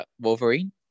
Wolverine